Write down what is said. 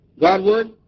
Godward